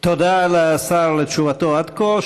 תודה לשר על תשובתו עד כה.